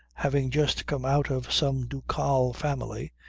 having just come out of some ducal family,